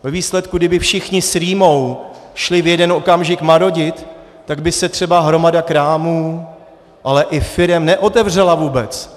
Ve výsledku, kdyby všichni s rýmou šli v jeden okamžik marodit, tak by se třeba hromada krámů, ale i firem neotevřela vůbec.